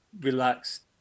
relaxed